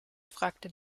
fragte